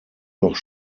noch